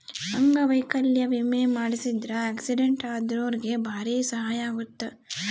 ಅಂಗವೈಕಲ್ಯ ವಿಮೆ ಮಾಡ್ಸಿದ್ರ ಆಕ್ಸಿಡೆಂಟ್ ಅದೊರ್ಗೆ ಬಾರಿ ಸಹಾಯ ಅಗುತ್ತ